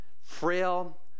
frail